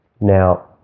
Now